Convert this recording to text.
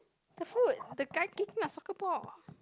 the foot the guy kicking your soccer ball